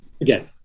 again